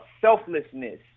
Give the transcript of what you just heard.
selflessness